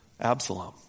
Absalom